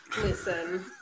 Listen